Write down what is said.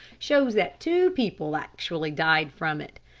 shows that two people actually died from it.